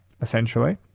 essentially